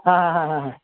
ಹಾಂ ಹಾಂ ಹಾಂ ಹಾಂ ಹಾಂ